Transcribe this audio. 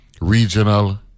regional